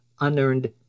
unearned